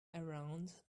around